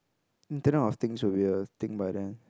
internet of things will be a thing by then